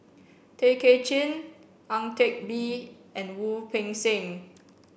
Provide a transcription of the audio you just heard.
Tay Kay Chin Ang Teck Bee and Wu Peng Seng